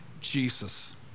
Jesus